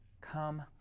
Come